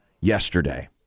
yesterday